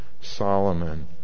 Solomon